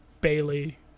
bailey